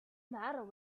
matter